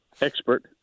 expert